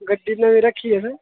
गड्डी नमीं रक्खी दी उस